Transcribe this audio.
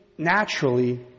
naturally